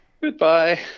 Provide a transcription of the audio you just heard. Goodbye